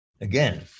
Again